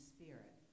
Spirit